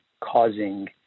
causing